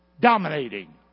dominating